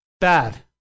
bad